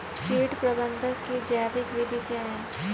कीट प्रबंधक की जैविक विधि क्या है?